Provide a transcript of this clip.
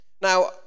Now